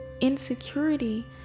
insecurity